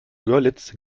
görlitz